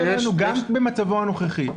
גם במצבו הנוכחי.